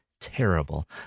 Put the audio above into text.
terrible